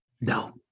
No